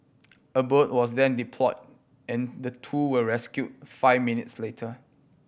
a boat was then deployed and the two were rescued five minutes later